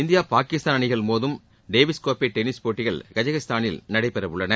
India Pakistan அணிகள் மோதும் Davis கோப்பை டென்னிஸ் போட்டிகள் கஜகஸ்தானில் நடைபெற உள்ளன